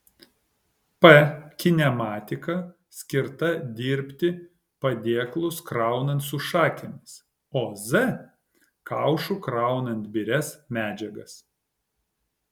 p kinematika skirta dirbti padėklus kraunant su šakėmis o z kaušu kraunant birias medžiagas